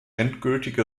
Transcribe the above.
endgültige